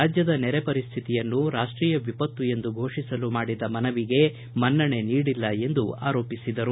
ರಾಜ್ಯದ ನೆರೆ ಪರಿಸ್ಕಿತಿಯನ್ನು ರಾಷ್ಷೀಯ ವಿಪತ್ತು ಎಂದು ಫೋಷಿಸಲು ಮಾಡಿದ ಮನವಿಗೆ ಮನ್ನಣೆ ನೀಡಿಲ್ಲ ಎಂದು ಆರೋಪಿಸಿದರು